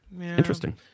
Interesting